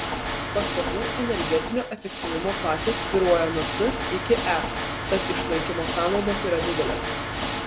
pastatų energetinio efektyvumo klasės svyruoja nuo c iki e tad išlaikymo sąnaudos yra didelės